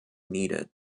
needed